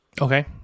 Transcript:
Okay